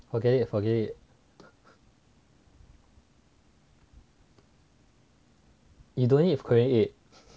forget it forget it you don't need if korean eight